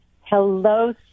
Hello